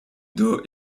dos